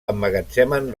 emmagatzemen